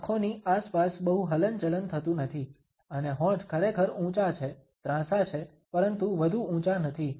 આંખોની આસપાસ બહુ હલનચલન થતુ નથી અને હોઠ ખરેખર ઊંચા છે ત્રાસા છે પરંતુ વધુ ઊંચા નથી